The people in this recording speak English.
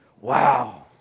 Wow